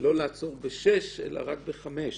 לא לעצור ב-6, אלא רק ב-5?